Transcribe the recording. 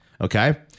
Okay